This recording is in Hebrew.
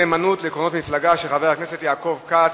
נאמנות לעקרונות המפלגה), של חבר הכנסת יעקב כץ.